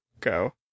go